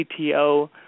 CTO